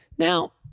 Now